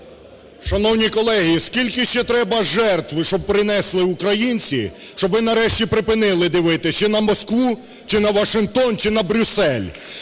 Шановні колеги, скільки ще треба жертв, щоб принесли українці, щоб ви нарешті припинили дивитись чи на Москву, чи на Вашингтон, чи на Брюссель?